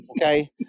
Okay